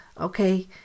okay